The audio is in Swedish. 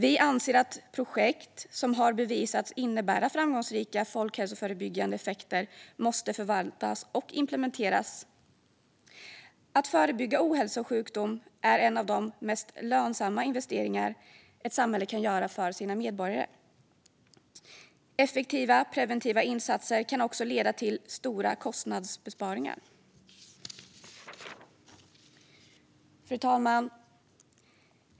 Vi anser att projekt som har bevisats innebära framgångsrika folkhälsoförebyggande effekter måste förvaltas och implementeras. Att förebygga ohälsa och sjukdom är en av de mest lönsamma investeringar ett samhälle kan göra för sina medborgare. Effektiva preventiva insatser kan också leda till stora kostnadsbesparingar. Fru talman!